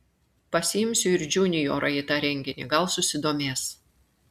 pasiimsiu ir džiuniorą į tą renginį gal susidomės